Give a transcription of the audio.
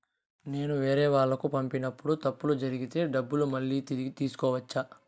నేను వేరేవాళ్లకు పంపినప్పుడు తప్పులు జరిగితే డబ్బులు మళ్ళీ తిరిగి తీసుకోవచ్చా?